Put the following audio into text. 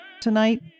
Tonight